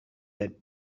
that